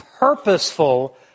purposeful